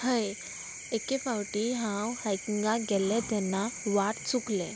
हय एके पावटी हांव हायकिंगाक गेल्लें तेन्ना वाट चुकलें